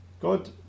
God